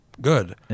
good